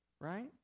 right